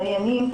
דיינים,